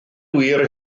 wir